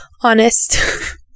honest